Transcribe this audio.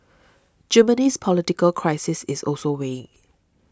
Germany's political crisis is also weighing